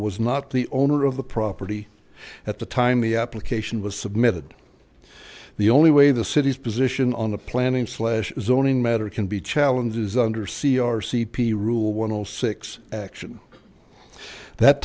was not the owner of the property at the time the application was submitted the only way the city's position on the planning slash zoning matter can be challenges under c r c p rule when all six action that